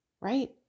right